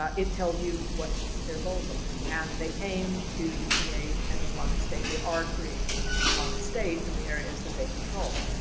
ah it tells you what their goals are. and they aim to create an islamic state. they are creating an and islamic state in the areas that they control.